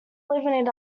living